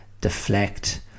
deflect